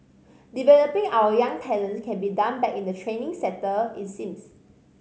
developing our young talents can be done back in the training centre it seems